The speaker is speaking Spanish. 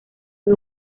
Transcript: fue